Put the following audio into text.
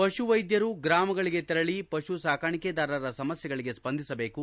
ಪಶುವೈದ್ದರು ಗ್ರಾಮಗಳಿಗೆ ತೆರಳಿ ಪಶು ಸಾಕಾಣಿಕೆದಾರರ ಸಮಸ್ಥೆಗಳಿಗೆ ಸ್ವಂದಿಸಬೇಕು